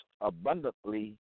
abundantly